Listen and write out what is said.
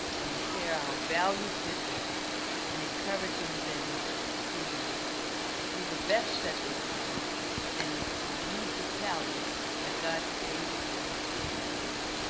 and we share our values with them in encouraging them to do the best that they can and to use the talents that god created them to use.